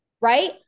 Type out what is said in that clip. right